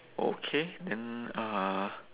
okay then uh